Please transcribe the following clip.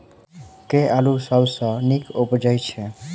केँ आलु सबसँ नीक उबजय छै?